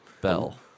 bell